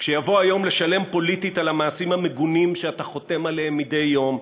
כשיבוא היום לשלם פוליטית על המעשים המגונים שאתה חותם עליהם מדי יום,